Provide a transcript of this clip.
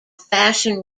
fashion